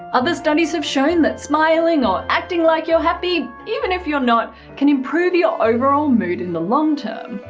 other studies have shown that smiling or acting like you're happy, even if you're not, can improve your overall mood in the long term